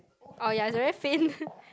oh ya it's very faint